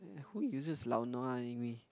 uh who uses lao nua anyway